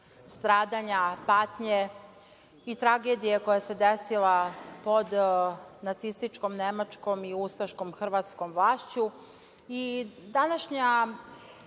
stradanja, patnje i tragedije koja se desila pod nacističkom Nemačkom i ustaškom Hrvatskom vlašću